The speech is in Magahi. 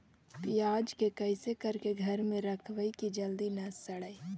प्याज के कैसे करके घर में रखबै कि जल्दी न सड़ै?